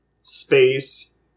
Space